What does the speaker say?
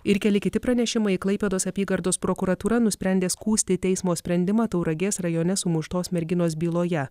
ir keli kiti pranešimai klaipėdos apygardos prokuratūra nusprendė skųsti teismo sprendimą tauragės rajone sumuštos merginos byloje